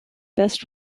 best